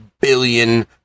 billion